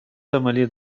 сомали